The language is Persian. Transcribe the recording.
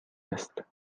است